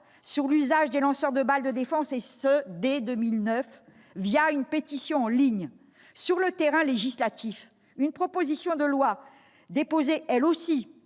sur l'usage des lanceurs de balles de défense, dès 2009, une pétition en ligne. Sur le terrain législatif, une proposition de loi, déposée la